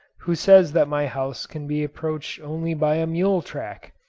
who says that my house can be approached only by a mule-track!